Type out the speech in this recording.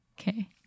Okay